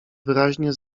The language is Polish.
wyraźnie